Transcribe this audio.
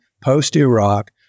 post-Iraq